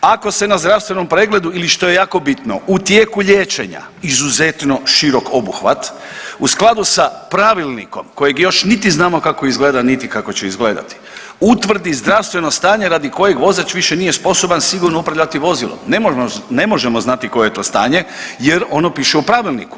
Ako se na zdravstvenom pregledu ili što je jako bitno, u tijeku liječenja izuzetno širok obuhvat, u skladu sa pravilnikom kojeg još niti znamo kako izgleda niti kako će izgledati, utvrdi zdravstveno stanje radi kojeg vozač više nije sposoban sigurno upravljati vozilom, ne možemo znati koje je to stanje jer ono piše u pravilniku.